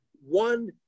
one